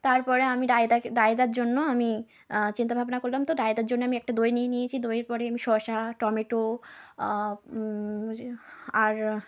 তার পরে আমি রায়তাকে রায়তার জন্য আমি চিন্তা ভাবনা করলাম তো রায়তার জন্য আমি একটা দই নিয়ে নিয়েছি দইয়ের পরেই আমি শশা টমেটো আর